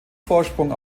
vorsprung